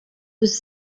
was